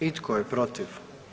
I tko je protiv?